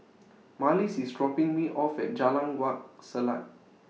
Marlys IS dropping Me off At Jalan Wak Selat